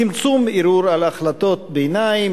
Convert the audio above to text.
צמצום ערעור על החלטות ביניים,